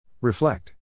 Reflect